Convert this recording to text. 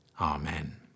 Amen